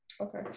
Okay